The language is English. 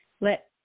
let